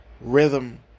rhythm